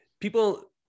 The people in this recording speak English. people